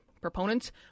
Proponents